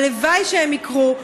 והלוואי שהן יקרו,